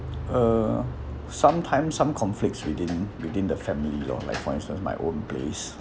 uh sometimes some conflicts within within the family lor like for instance my own place